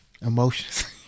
Emotions